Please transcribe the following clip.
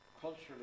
culturally